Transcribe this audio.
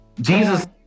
Jesus